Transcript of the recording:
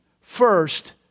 First